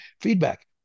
feedback